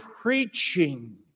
preaching